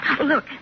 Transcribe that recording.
Look